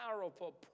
powerful